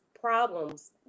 problems